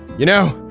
you know,